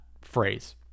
phrase